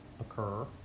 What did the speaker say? occur